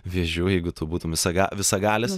vėžiu jeigu tu būtum visaga visagalis